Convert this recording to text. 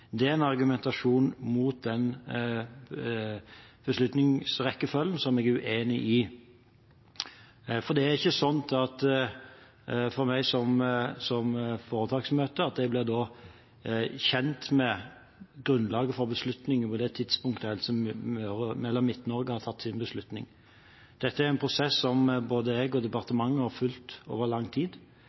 Det er en argumentasjon mot den beslutningsrekkefølgen som jeg er uenig i. For det er ikke sånn at jeg som foretaksmøte blir kjent med grunnlaget for beslutningen på det tidspunktet Helse Midt-Norge har tatt sin beslutning. Dette er en prosess som både jeg og departementet har fulgt over lang tid.